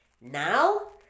Now